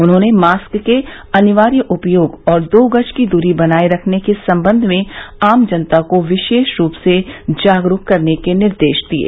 उन्होंने मास्क के अनिवार्य उपयोग और दो गज की दूरी बनाये रखने के संबंध में आम जनता को विशेष रूप से जागरूक करने के निर्देश दिये